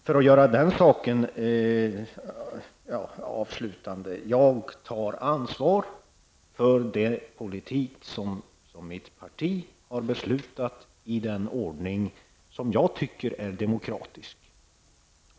För att avsluta den delen av debatten vill jag säga att jag tar ansvar för den politik som mitt parti har beslutat om i den ordning som jag tycker är demokratisk.